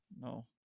No